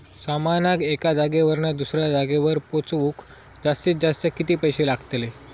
सामानाक एका जागेवरना दुसऱ्या जागेवर पोचवूक जास्तीत जास्त किती पैशे लागतले?